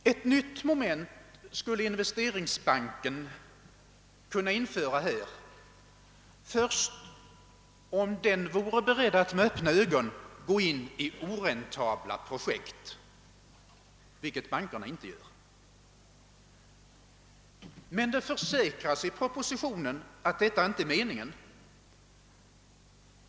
Ett nytt moment skulle investeringsbanken kunna införa här först om den vore beredd att med öppna ögon gå in i oräntabla projekt, vilket de existeran-- de bankerna inte gör. Men det försäkras i propositionen att detta inte är meningen.